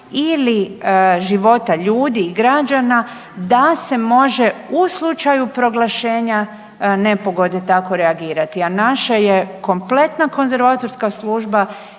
ili života ljudi i građana da se može u slučaju proglašenja nepogode tako reagirati. A naše je kompletna konzervatorska služba